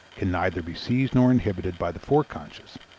can neither be seized nor inhibited by the foreconscious,